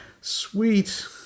Sweet